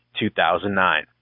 2009